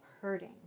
hurting